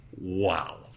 wow